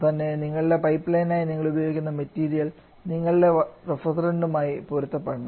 തന്നെ നിങ്ങളുടെ പൈപ്പ്ലൈനിനായി നിങ്ങൾ ഉപയോഗിക്കുന്ന മെറ്റീരിയൽ നിങ്ങളുടെ റഫ്രിജറന്റുമായി പൊരുത്തപ്പെടണം